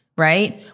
right